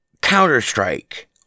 Counter-Strike